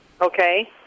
Okay